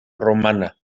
romana